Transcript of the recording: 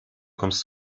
kommst